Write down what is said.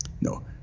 no